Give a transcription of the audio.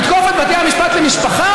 לתקוף את בתי המשפט למשפחה,